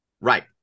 Right